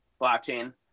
blockchain